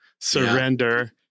surrender